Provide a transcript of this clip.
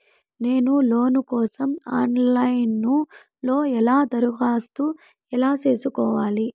నేను లోను కోసం online లో ఎలా దరఖాస్తు ఎలా సేసుకోవాలి?